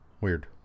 Weird